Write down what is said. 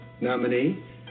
nominee